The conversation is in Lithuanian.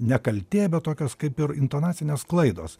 ne kaltė bet tokios kaip ir intonacinės klaidos